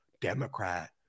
Democrat